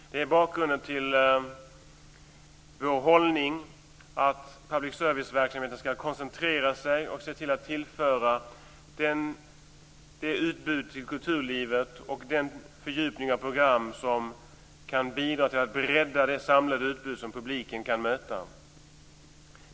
Det är bakgrunden till vår hållning att public service-verksamheten skall koncentrera sig och se till att tillföra kulturlivet det utbud och den fördjupning av program som kan bidra till att bredda det samlade utbud som publiken kan möta.